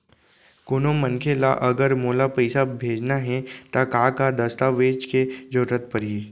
कोनो मनखे ला अगर मोला पइसा भेजना हे ता का का दस्तावेज के जरूरत परही??